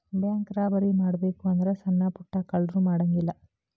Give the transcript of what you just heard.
bank robbery ಮಾಡ್ಬೆಕು ಅಂದ್ರ ಸಣ್ಣಾ ಪುಟ್ಟಾ ಕಳ್ರು ಮಾಡಂಗಿಲ್ಲಾ